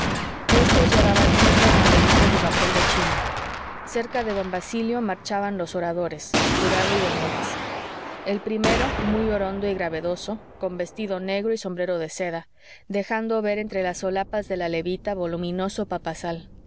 estos llevaban sendas banderitas de papel de china cerca de don basilio marchaban los oradores jurado y venegas el primero muy orondo y gravedoso con vestido negro y sombrero de seda dejando ver entre las solapas de la levita voluminoso papasal